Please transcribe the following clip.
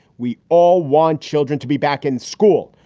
we all want children to be back in school.